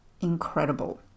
incredible